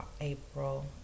april